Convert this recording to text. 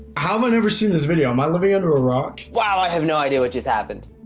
have i never seen this video? am i living under a rock? wow! i have no idea what just happened.